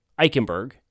Eichenberg